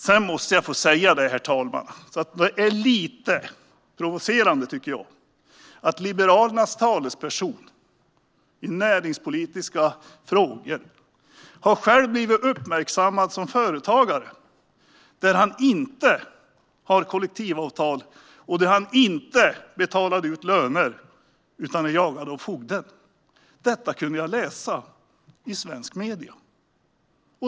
Sedan måste jag få säga, herr talman, att det är lite provocerande att Liberalernas talesperson i näringspolitiska frågor själv har uppmärksammats som företagare för att han inte har kollektivavtal och inte har betalat ut löner utan är jagad av fogden. Detta har jag kunnat läsa i svenska medier.